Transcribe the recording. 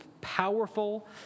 powerful